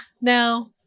No